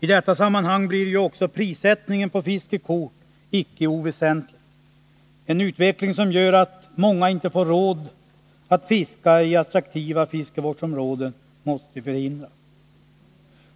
I detta sammanhang blir ju också prissättningen på fiskekort icke oväsentlig. En utveckling som gör att många inte får råd att fiska i attraktiva fiskevårdsområden måste förhindras.